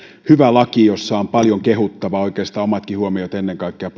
hyvä laki jossa on paljon kehuttavaa oikeastaan omatkin huomioni pohjautuvat ennen kaikkea